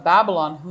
Babylon